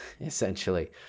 essentially